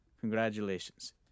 Congratulations